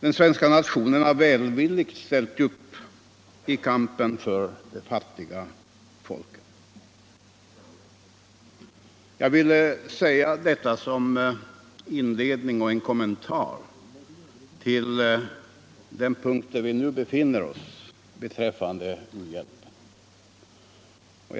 Den svenska nationen har välvilligt ställt upp i kampen för de fattiga folken. Jag vill säga detta som en inledning och en kommentar till den punkt där vi nu befinner oss beträffande u-länderna.